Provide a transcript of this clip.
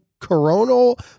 coronal